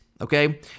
okay